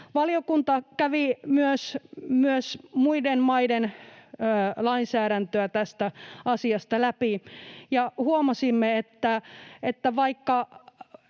Valiokunta kävi myös muiden maiden lainsäädäntöä tästä asiasta läpi, ja huomasimme, että vaikka